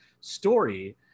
story